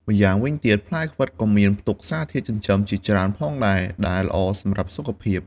ម្យ៉ាងវិញទៀត ផ្លែខ្វិតក៏មានផ្ទុកសារធាតុចិញ្ចឹមជាច្រើនផងដែរ ដែលល្អសម្រាប់សុខភាព។